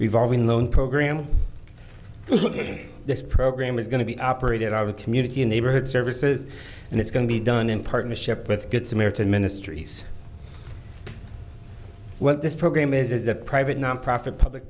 revolving loan program look at this program is going to be operated out of a community neighborhood services and it's going to be done in partnership with good samaritan ministries what this program is is a private nonprofit public